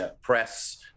press